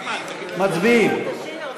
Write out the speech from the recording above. מצביעים.